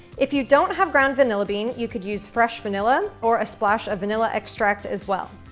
if you don't have ground vanilla bean, you could use fresh vanilla or a splash of vanilla extract as well.